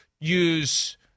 Use